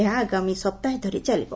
ଏହାଆଗାମୀ ସପ୍ତାହେ ଧରି ଚାଲିବ